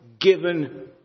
given